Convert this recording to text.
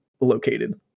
located